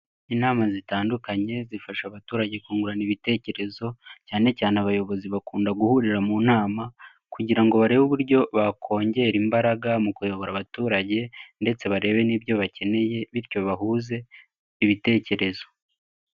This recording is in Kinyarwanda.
Inama zitandukanye zifasha abaturage kungurana ibitekerezo cyane cyane abayobozi bakunda guhurira mu nama kugira ngo barebe uburyo bakongera imbaraga mu kuyobora abaturage ndetse barebe n'ibyo bakeneye bityo bahuze ibitekerezo.